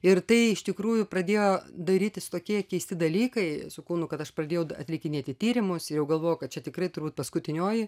ir tai iš tikrųjų pradėjo darytis tokie keisti dalykai su kūnu kad aš pradėjau atlikinėti tyrimus jau galvojau kad čia tikrai turbūt paskutinioji